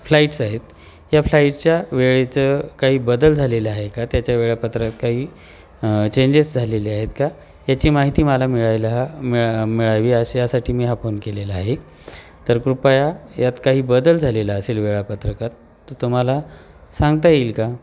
flights आहेत या फ्लाईटच्या वेळेचं काही बदल झालेलं आहे का त्याच्या वेळापत्रात काही चेंजेस झालेले आहेत का याची माहिती मला मिळायला मिळा मिळावी अशी यासाठी मी हा फोन केलेला आहे तर कृपया यात काही बदल झालेला असेल वेळापत्रकात तर तुम्हाला सांगता येईल का